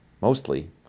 mostly